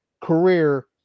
career